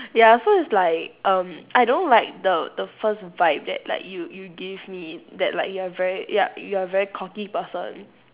ya so it's like um I don't like the the first vibe that like you you give me that like you are very you are you are a very cocky person